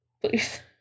Please